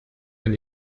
wenn